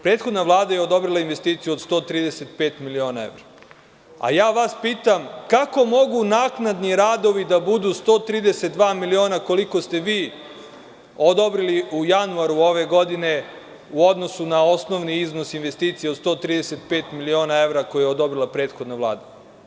Prethodna Vlada je odobrila investiciju od 135 miliona evra, a pitam vas – kako mogu naknadni radovi da budu 132 miliona evra, koliko ste vi odobrili u januaru ove godine u odnosu na osnovni iznos investicija od 135 miliona evra koju je odobrila prethodna Vlada?